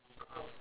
yes